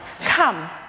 come